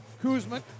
Kuzma